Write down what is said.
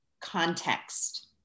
context